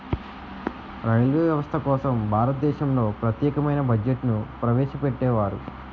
railway వ్యవస్థ కోసం భారతదేశంలో ప్రత్యేకమైన బడ్జెట్ను ప్రవేశపెట్టేవారు